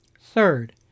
Third